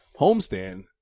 homestand